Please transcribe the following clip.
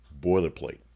boilerplate